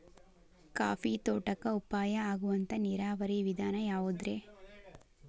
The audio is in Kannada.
ಕಾಫಿ ತೋಟಕ್ಕ ಉಪಾಯ ಆಗುವಂತ ನೇರಾವರಿ ವಿಧಾನ ಯಾವುದ್ರೇ?